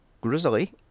Grizzly